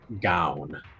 gown